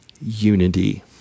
unity